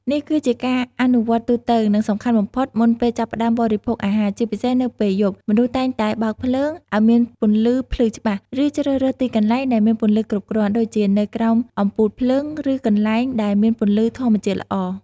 នេះគឺជាការអនុវត្តទូទៅ និងសំខាន់បំផុតមុនពេលចាប់ផ្តើមបរិភោគអាហារ ជាពិសេសនៅពេលយប់ មនុស្សតែងតែ បើកភ្លើង ឲ្យមានពន្លឺភ្លឺច្បាស់ ឬ ជ្រើសរើសទីកន្លែងដែលមានពន្លឺគ្រប់គ្រាន់ ដូចជានៅក្រោមអំពូលភ្លើង ឬកន្លែងដែលមានពន្លឺធម្មជាតិល្អ ។